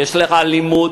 יש לך "אלימות",